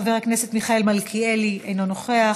חבר הכנסת מיכאל מלכיאלי, אינו נוכח,